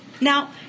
Now